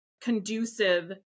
conducive